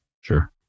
Sure